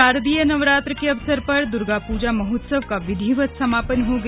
शारदीय नवरात्र के अवसर पर दुर्गा पूजा महोत्सव का विधिवत समापन हो गया